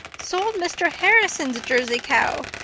sold mr. harrison's jersey cow.